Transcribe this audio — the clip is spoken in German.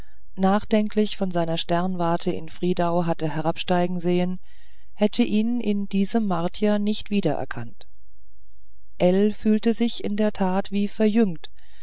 nachdenklich von seiner sternwarte in friedau hatte herabsteigen sehen hätte ihn in diesem martier nicht wiedererkannt ell fühlte sich in der tat wie verjüngt